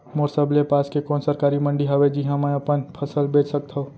मोर सबले पास के कोन सरकारी मंडी हावे जिहां मैं अपन फसल बेच सकथव?